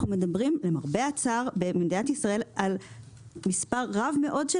אנחנו מדברים למרבה הצער במדינת ישראל על מספר רב מאוד של